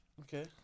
Okay